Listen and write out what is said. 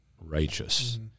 righteous